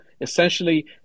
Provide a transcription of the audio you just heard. essentially